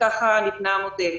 כך נבנה המודל.